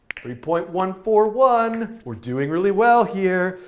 three point one four one, we're doing really well here!